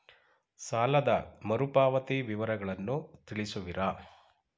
ಸಾಲದ ಮರುಪಾವತಿ ವಿವರಗಳನ್ನು ತಿಳಿಸುವಿರಾ?